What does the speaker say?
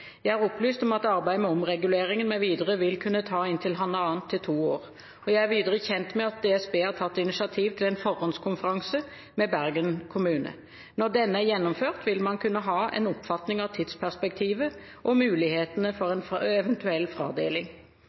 Jeg er opplyst om at arbeidet med omreguleringen mv. vil kunne ta fra halvannet til to år. Jeg er videre kjent med at DSB har tatt initiativ til en forhåndskonferanse med Bergen kommune. Når denne er gjennomført, vil man kunne ha en oppfatning av tidsperspektivet og mulighetene for en eventuell fradeling.